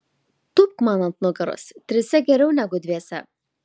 tūpk man ant nugaros trise geriau negu dviese